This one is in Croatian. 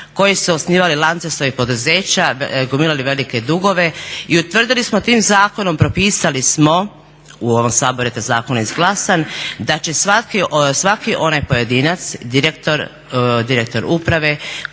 koji su osnivali lance svojih poduzeća, gomilali velike dugove. I utvrdili smo, tim zakonom propisali smo, u ovom Saboru je taj zakon izglasan, da će svaki onaj pojedinac, direktor uprave